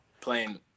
playing